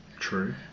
True